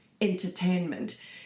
entertainment